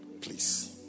please